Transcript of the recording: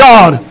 God